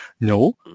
No